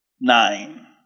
Nine